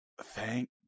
Thank